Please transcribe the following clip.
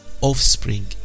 Offspring